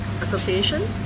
Association